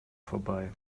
vorbei